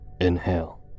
Inhale